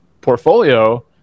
portfolio